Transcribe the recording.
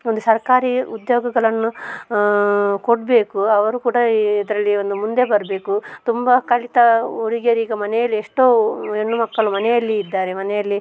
ಒಂದು ಸರ್ಕಾರಿ ಉದ್ಯೋಗಗಳನ್ನು ಕೊಡಬೇಕು ಅವರು ಕೂಡ ಇದರಲ್ಲಿ ಒಂದು ಮುಂದೆ ಬರಬೇಕು ತುಂಬ ಕಲಿತ ಹುಡುಗಿಯರೀಗ ಮನೆಯಲ್ಲೇಷ್ಟೋ ಹೆಣ್ಣು ಮಕ್ಕಳು ಮನೆಯಲ್ಲಿ ಇದ್ದಾರೆ ಮನೆಯಲ್ಲಿ